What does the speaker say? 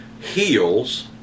heals